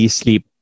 sleep